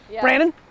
Brandon